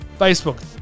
Facebook